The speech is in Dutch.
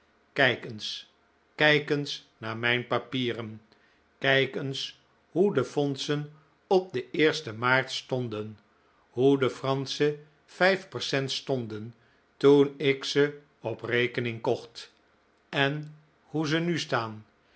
kijk eens kijk eens naar mijn papieren kijk eens hoe de fondsen op den lsten maart stonden hoe de fransche vijf percents stonden toen ik ze op rekening kocht en hoe ze nu staan